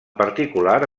particular